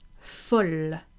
folle